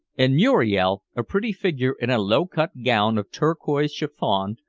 and muriel, a pretty figure in a low-cut gown of turquoise chiffon,